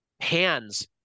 hands